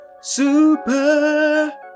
super